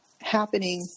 happening